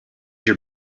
your